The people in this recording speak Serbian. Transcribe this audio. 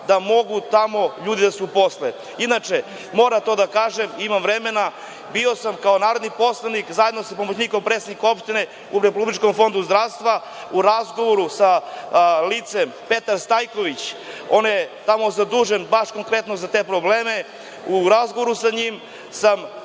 da mogu tamo ljudi da se uposle? Inače, moram to da kažem, imam vremena, bio sam kao narodni poslanik, zajedno sa pomoćnikom predsednika opštine, u RFZO i u razgovoru sa licem Petar Stajković, on je tamo zadužen baš konkretno za te probleme, u razgovoru sa njim sam